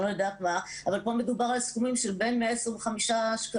אבל פה מדובר על סכומים של בין 125 שקלים